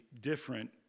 different